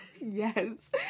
Yes